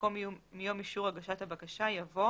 במקום "מיום אישור הגשת הבקשה" יבוא